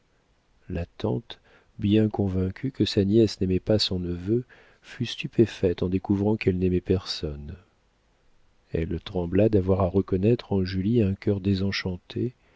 tante bien convaincue que sa nièce n'aimait pas son neveu fut stupéfaite en découvrant qu'elle n'aimait personne elle trembla d'avoir à reconnaître en julie un cœur